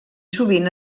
sovint